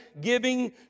giving